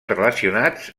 relacionats